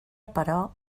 però